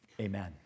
Amen